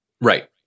Right